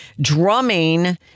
drumming